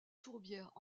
tourbières